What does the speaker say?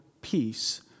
peace